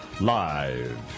Live